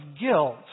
guilt